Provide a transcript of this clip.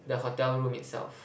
the hotel room itself